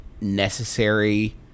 necessary